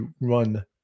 run